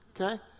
Okay